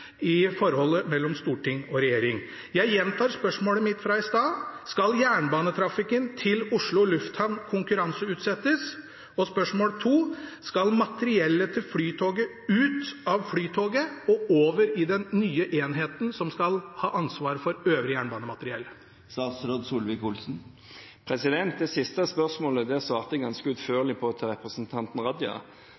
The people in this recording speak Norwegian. i forholdet mellom storting og regjering. Jeg gjentar spørsmålet mitt fra i stad: Skal jernbanetrafikken til Oslo Lufthavn konkurranseutsettes? Og spørsmål to: Skal materiellet til flytoget ut av Flytoget og over i den nye enheten som skal ha ansvar for øvrig jernbanemateriell? Det siste spørsmålet svarte jeg ganske utførlig på til representanten Raja.